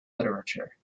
literature